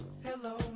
Hello